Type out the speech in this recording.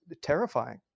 terrifying